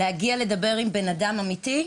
להצליח לדבר עם בן אדם אמיתי,